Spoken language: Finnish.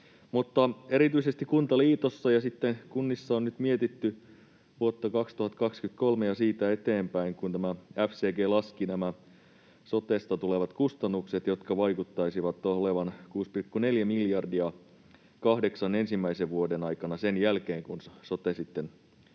Erityisesti Kuntaliitossa ja sitten kunnissa on nyt mietitty vuotta 2023 ja siitä eteenpäin, kun tämä FCG laski nämä sotesta tulevat kustannukset, jotka vaikuttaisivat olevan 6,4 miljardia kahdeksan ensimmäisen vuoden aikana sen jälkeen, kun sote sitten